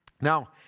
Now